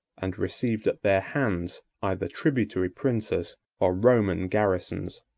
and received at their hands either tributary princes or roman garrisons.